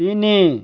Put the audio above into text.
ତିନି